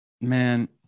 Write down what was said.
Man